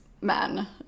men